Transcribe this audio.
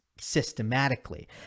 Systematically